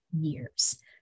years